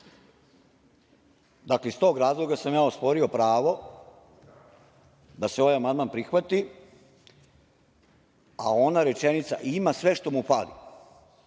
Iz tog razloga sam osporio pravo da se ovaj amandman prihvati, a ona rečenica – ima sve što mu fali,